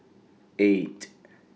eight